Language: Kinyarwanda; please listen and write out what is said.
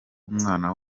umwana